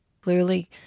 clearly